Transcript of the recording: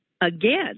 again